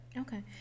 okay